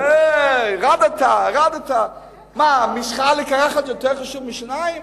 משחה לקרחת יותר חשובה משיניים,